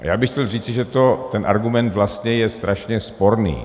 A já bych chtěl říci, že ten argument je vlastně strašně sporný.